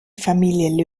familie